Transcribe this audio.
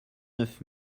neuf